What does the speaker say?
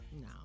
No